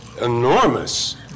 enormous